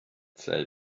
they